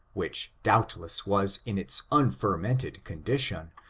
which doubtless was in its unfer mented condition,